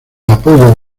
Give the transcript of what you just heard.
apodo